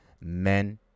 men